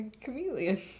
chameleon